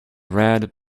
red